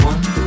One